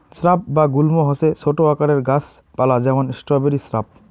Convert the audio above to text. shrub বা গুল্ম হসে ছোট আকারের গাছ পালা যেমন স্ট্রবেরি স্রাব